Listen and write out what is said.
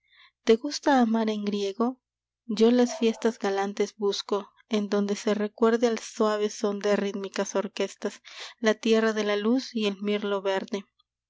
te gusta amar en griego yo las fiestas galantes busco en donde se recuerde al suave són de rítmicas orquestas la tierra de la luz y el mirlo verde